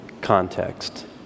context